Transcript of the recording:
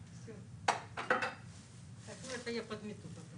שלך, שזה יהיה גם בניסוח.